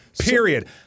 period